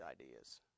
ideas